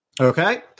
Okay